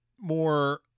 more